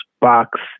box